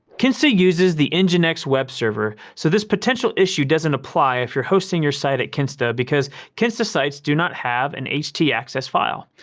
kinsta uses the and nginx web server, so this potential issue doesn't apply if you're hosting your site at kinsta because kinsta sites do not have an htaccess file.